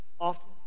often